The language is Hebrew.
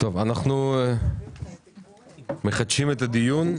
אנחנו מחדשים את הדיון.